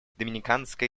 доминиканской